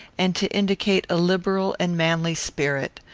and to indicate a liberal and manly spirit.